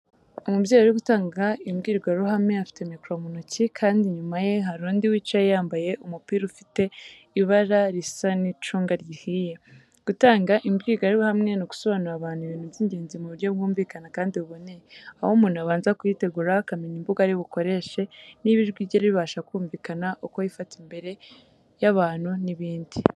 Umubyeyi uri gutanga imbwirwaruhame, afite mikoro mu ntoki kandi inyuma ye hari undi wicaye yambaye umupira ufite ibara risa n'icunga rihiye. Gutanga imbwirwaruhame ni ugusobanurira abantu ibintu by’ingenzi mu buryo bwumvikana kandi buboneye. Aho umuntu abanza kuyitegura, akamenya imvugo ari bukoreshe, niba ijwi rye ribasha kumvikana, uko yifata imbere y'abantu n'ibindi.